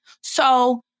So-